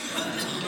איך מגיעים אליכם?